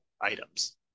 items